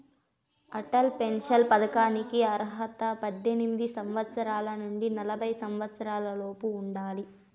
Atal pension పథకానికి అర్హతగా పద్దెనిమిది సంవత్సరాల నుండి నలభై సంవత్సరాలలోపు ఉండాలి